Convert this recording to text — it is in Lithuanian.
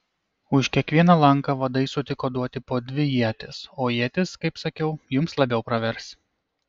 už kiekvieną lanką vadai sutiko duoti po dvi ietis o ietys kaip sakiau jums labiau pravers